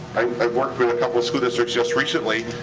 i worked with a couple school districts just recently.